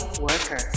worker